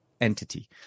entity